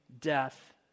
death